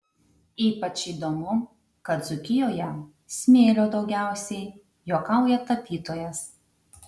ypač įdomu kad dzūkijoje smėlio daugiausiai juokauja tapytojas